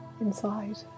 inside